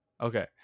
okay